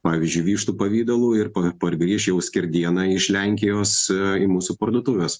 pavyzdžiui vištų pavidalu ir pargrįš jau skerdiena iš lenkijos į mūsų parduotuves